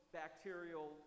bacterial